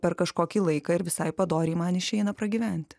per kažkokį laiką ir visai padoriai man išeina pragyvent